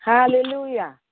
Hallelujah